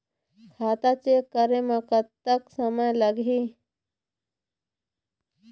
खाता चेक करे म कतक समय लगही?